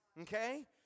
Okay